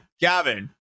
Gavin